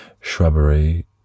Shrubbery